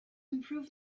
improve